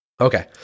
Okay